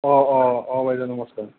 অঁ অঁ অঁ বাইদেউ নমস্কাৰ